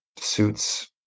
suits